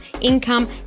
income